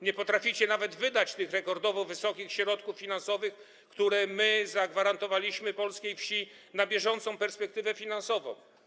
Nie potraficie nawet wydać tych rekordowo wysokich środków finansowych, które my zagwarantowaliśmy polskiej wsi na bieżącą perspektywę finansową.